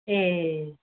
ए